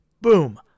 Boom